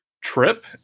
trip